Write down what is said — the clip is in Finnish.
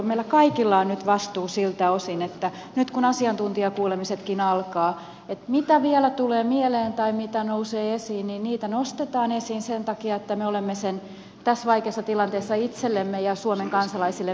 meillä kaikilla on nyt vastuu siltä osin nyt kun asiantuntijakuulemisetkin alkavat että mitä vielä tulee mieleen tai mitä nousee esiin sitä nostetaan esiin sen takia että me olemme sen tässä vaikeassa tilanteessa itsellemme ja suomen kansalaisille velkaa